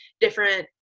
different